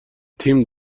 تیم